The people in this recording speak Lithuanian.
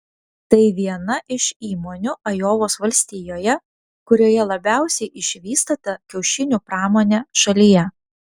tai viena iš įmonių ajovos valstijoje kurioje labiausiai išvystyta kiaušinių pramonė šalyje